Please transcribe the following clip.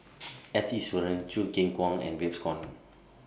S Iswaran Choo Keng Kwang and Babes Conde